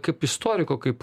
kaip istoriko kaip